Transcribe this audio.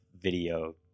video